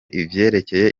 ivyerekeye